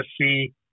see